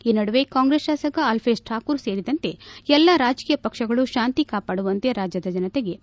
ಈ ನಡುವೆ ಕಾಂಗ್ರೆಸ್ ಶಾಸಕ ಅಲ್ಲೇಷ್ ಠಾಕೂರ್ ಸೇರಿದಂತೆ ಎಲ್ಲಾ ರಾಜಕೀಯ ಪಕ್ಷಗಳು ಶಾಂತಿ ಕಾಪಾಡುವಂತೆ ರಾಜ್ಜದ ಜನತೆಗೆ ಮನವಿ ಮಾಡಿವೆ